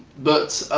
but,